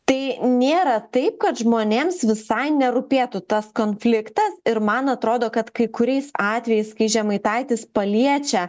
tai nėra taip kad žmonėms visai nerūpėtų tas konfliktas ir man atrodo kad kai kuriais atvejais kai žemaitaitis paliečia